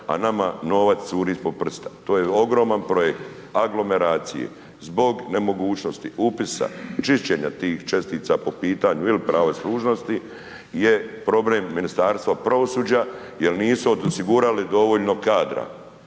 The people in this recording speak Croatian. a nama novac curi ispod prsta, to je ogroman projekt aglomeracije zbog nemogućnosti upisa, čišćenja tih čestica po pitanju il prava služnosti je problem Ministarstva pravosuđa jel nisu osigurali dovoljno kadra